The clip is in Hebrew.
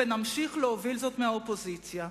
ונמשיך להוביל זאת מהאופוזיציה.